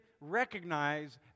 recognize